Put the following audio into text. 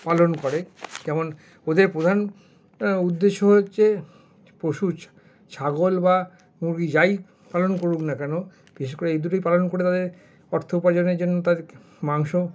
পালন করে যেমন ওদের প্রধান উদ্দেশ্য হচ্ছে পশু ছাগল বা মুরগি যাই পালন করুক না কেনো বেশি করে এই দুটোই পালন করে অর্থ উপার্জনের জন্য তার মাংস